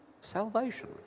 salvation